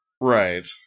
Right